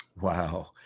Wow